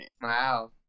Wow